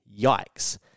Yikes